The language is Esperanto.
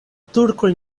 turkoj